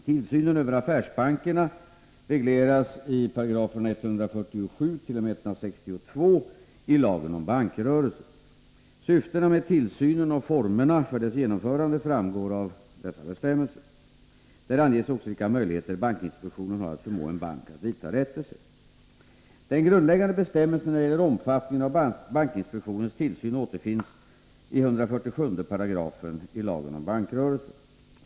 Tillsynen över affärsbankerna regleras i 147-162 §§ lagen om bankrörelse. Syftena med tillsynen och formerna för dess genomförande framgår av dessa bestämmelser. Där anges också vilka möjligheter bankinspektionen har att förmå en bank att vidta rättelse. Den grundläggande bestämmelsen när det gäller omfattningen av bankinspektionens tillsyn återfinns i 147 § lagen om bankrörelse.